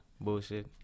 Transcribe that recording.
bullshit